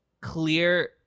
clear